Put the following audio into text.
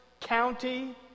county